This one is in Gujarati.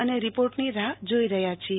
અમે રિપોર્ટની રાહ જોઈ રહ્યા છીએ